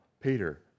Peter